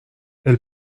elle